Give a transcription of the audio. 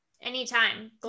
anytime